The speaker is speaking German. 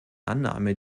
annahme